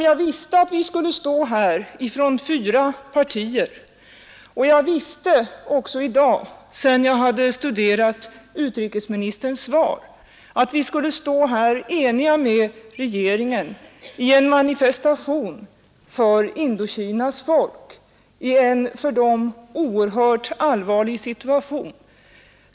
Jag visste att vi skulle stå här från fyra partier, och jag visste också i dag, sedan jag hade studerat utrikesministerns svar, att vi skulle stå här eniga med regeringen i en manifestation för Indokinas folk i en för dem oerhört allvarlig situation.